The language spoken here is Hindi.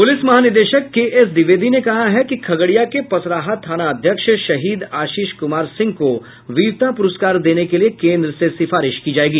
पुलिस महानिदेशक केएस द्विवेदी ने कहा है कि खगड़िया के पसराह थानाध्यक्ष शहीद आशीष कुमार सिंह को वीरता पुरस्कार देने के लिए केन्द्र से सिफारिश की जायेगी